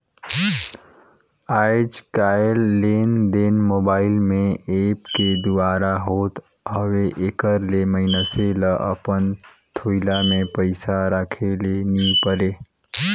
आएज काएललेनदेन मोबाईल में ऐप के दुवारा होत हवे एकर ले मइनसे ल अपन थोइला में पइसा राखे ले नी परे